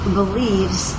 believes